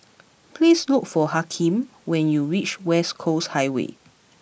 please look for Hakeem when you reach West Coast Highway